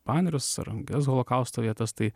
panerius ar kitas holokausto vietas tai